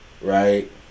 right